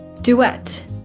duet